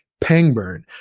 Pangburn